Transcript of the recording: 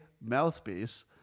mouthpiece